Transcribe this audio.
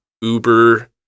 uber